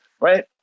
right